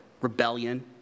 rebellion